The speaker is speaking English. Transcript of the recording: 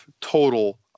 total